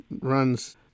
runs